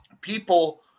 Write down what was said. people